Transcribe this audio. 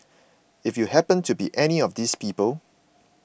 if you happened to be any of these people